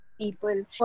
people